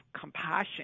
compassion